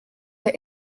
der